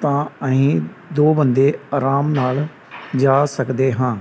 ਤਾਂ ਅਸੀਂ ਦੋ ਬੰਦੇ ਆਰਾਮ ਨਾਲ ਜਾ ਸਕਦੇ ਹਾਂ